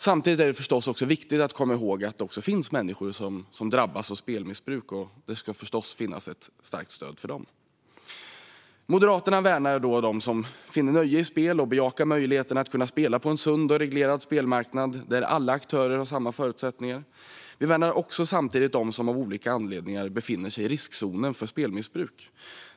Samtidigt är det förstås viktigt att komma ihåg att det också finns människor som drabbas av spelmissbruk. Det ska givetvis finnas ett starkt stöd för dem. Moderaterna värnar dem som finner nöje i spel och bejakar möjligheterna att spela på en sund och reglerad spelmarknad där alla aktörer har samma förutsättningar. Vi värnar samtidigt dem som av olika anledningar befinner sig i riskzonen för spelmissbruk.